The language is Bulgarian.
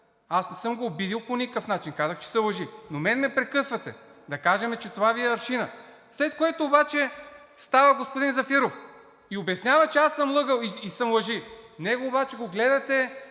Аз не съм го обидил по никакъв начин. Казах, че са лъжи, но мен ме прекъсвате. Да кажем, че това Ви е аршинът, след което обаче става господин Зафиров и обяснява, че аз съм лъгал и са лъжи, него обаче го гледате